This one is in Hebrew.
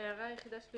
ההערה היחידה שלי